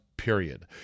Period